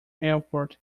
airport